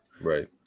Right